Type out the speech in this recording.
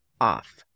off